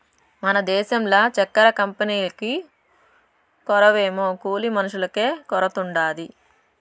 మన దేశంల చక్కెర కంపెనీకు కొరవేమో కూలి మనుషులకే కొరతుండాది